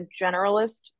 generalist